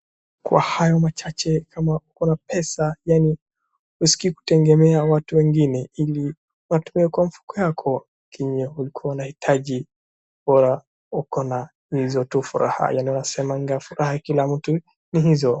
Kwa hayo machache, kama uko na pesa, yaani, huskii kutegemea watu wengine ili ipatiwe kwa mfuko yako kenye ulikuwa unahitaji. Bora uko na hizo tu furaha. Yaani, wanasemaga furahi kila mtu ni hizo.